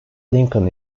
lincoln